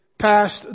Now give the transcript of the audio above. passed